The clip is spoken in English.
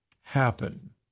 happen